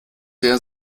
der